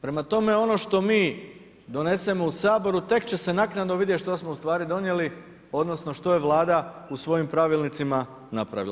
Prema tome, ono što mi donesemo u Saboru, tek će se naknadno vidjeti što smo ustvari donijeli odnosno, što je vlada u svojim pravilnicima napravila.